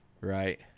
Right